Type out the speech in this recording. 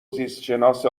زیستشناس